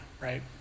right